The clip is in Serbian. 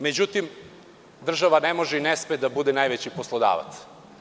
Međutim, država ne sme i ne može da bude najveći poslodavac.